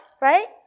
right